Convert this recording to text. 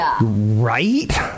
Right